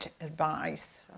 advice